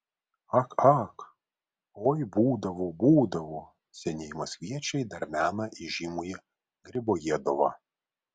ak ak oi būdavo būdavo senieji maskviečiai dar mena įžymųjį gribojedovą